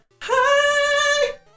hi